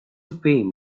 fame